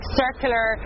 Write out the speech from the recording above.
circular